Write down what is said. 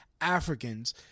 Africans